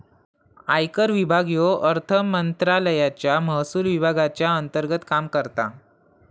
आयकर विभाग ह्यो अर्थमंत्रालयाच्या महसुल विभागाच्या अंतर्गत काम करता